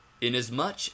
inasmuch